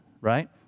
right